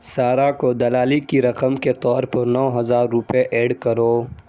سارہ کو دلالی کی رقم کے طور پر نو ہزار روپے ایڈ کرو